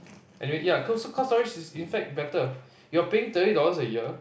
anyway ya cloud storage is in fact better you're paying thirty dollars a year